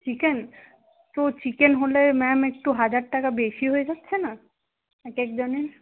chicken তো chicken হলে ma'am একটু হাজার টাকা বেশি হয়ে যাচ্ছে না একেক জনের